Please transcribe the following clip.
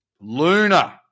Luna